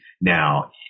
now